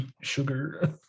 sugar